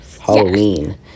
Halloween